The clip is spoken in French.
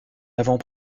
avant